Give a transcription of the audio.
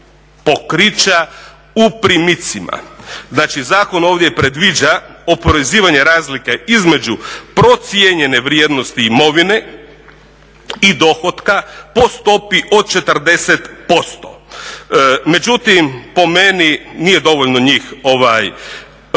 pokrića u primitcima. Znači, zakon ovdje predviđa oporezivanje razlike između procijenjene vrijednosti imovine i dohotka po stopi od 40%. Međutim, po meni, nije dovoljno njih